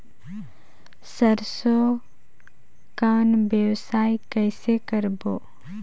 सरसो कौन व्यवसाय कइसे करबो?